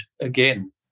again